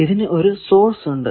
ഇതിനു ഒരു സോഴ്സ് ഉണ്ട്